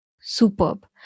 Superb